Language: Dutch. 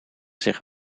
zich